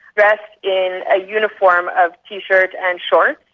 dressed in a uniform of t-shirt and shorts,